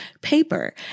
paper